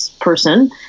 person